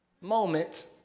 moment